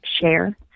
share